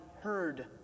heard